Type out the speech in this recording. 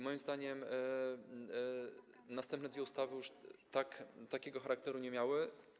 Moim zdaniem następne dwie ustawy już takiego charakteru nie miały.